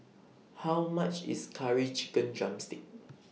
How much IS Curry Chicken Drumstick